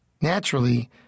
Naturally